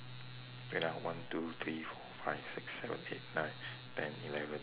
wait ah one two three four five six seven eight nine ten eleven